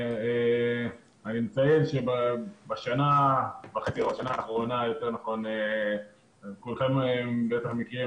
אני מציין שבשנה האחרונה כולכם בטח מכירים